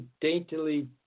daintily